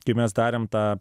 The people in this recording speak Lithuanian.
kai mes darėm tą